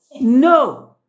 No